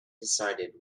decided